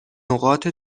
نقاط